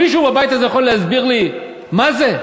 מישהו בבית הזה יכול להסביר לי מה זה?